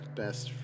best